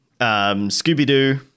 Scooby-Doo